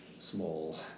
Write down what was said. Small